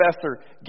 professor